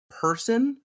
person